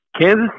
Kansas